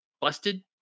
busted